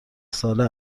ساله